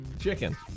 Chicken